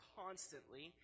constantly